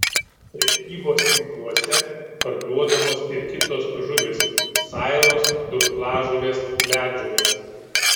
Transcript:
prekybos tinkluose parduodamos ir kitos žuvys sairos durklažuvės ledžuvės